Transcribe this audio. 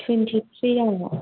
twenty थ्रिआव